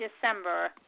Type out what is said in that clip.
December